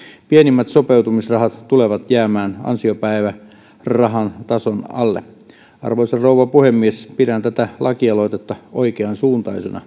pienimmät sopeutumisrahat tulevat jäämään ansiopäivärahan tason alle arvoisa rouva puhemies pidän tätä lakialoitetta oikeansuuntaisena